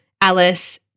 Alice